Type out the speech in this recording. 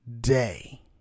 day